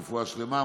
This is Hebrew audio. רפואה שלמה,